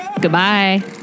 Goodbye